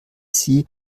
sie